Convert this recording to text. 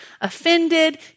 offended